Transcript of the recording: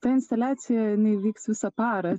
ta instaliacija jinai vyks visą parą